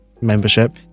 membership